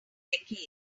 decades